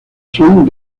son